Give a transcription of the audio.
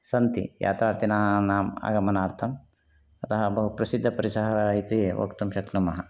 सन्ति यात्रार्थिनानाम् आगमनार्थम् अतः बहु प्रसिद्धपरिसरः इति वक्तुं शक्नुमः